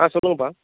சொல்லுங்கப்பா